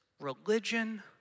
religion